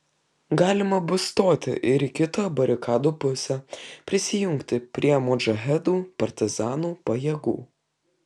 galima bus stoti ir į kitą barikadų pusę prisijungti prie modžahedų partizanų pajėgų